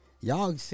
y'all